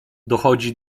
dochodzi